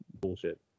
bullshit